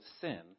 sin